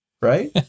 right